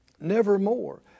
Nevermore